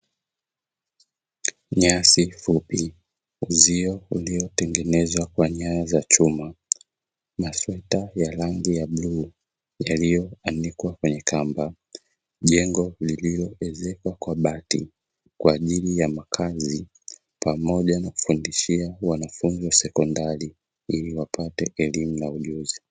Nyasi fupi, uzio uliotengenezwa kwa nyaya za chuma masweta ya rangi ya bluu yaliyo anikwa kwenye kamba, jengo lililo ezekwa kwa bati kwajili ya makazi pamoja na kufundishia wanafunzi wa sekondari ili wapate elimu na ujuzi.